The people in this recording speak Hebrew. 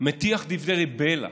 מטיח דברי בלע,